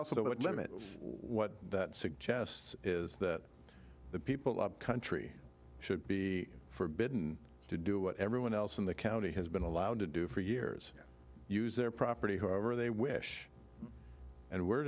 also limit what that suggests is that the people up country should be forbidden to do what everyone else in the county has been allowed to do for years use their property however they wish and where